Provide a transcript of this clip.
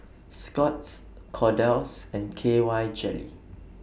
Scott's Kordel's and K Y Jelly